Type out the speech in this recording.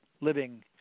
living